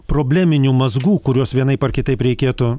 probleminių mazgų kuriuos vienaip ar kitaip reikėtų